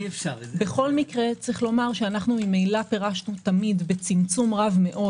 בכל מקרה אנחנו ממילא פירשנו תמיד בצמצום רב מאוד